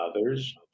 others